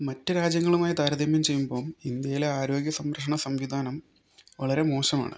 മറ്റു രാജ്യങ്ങളുമായി താരതമ്യം ചെയ്യുമ്പം ഇന്ത്യയിലെ ആരോഗ്യ സംരക്ഷണ സംവിധാനം വളരെ മോശമാണ്